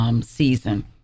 season